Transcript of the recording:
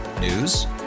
News